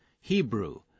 Hebrew